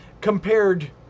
compared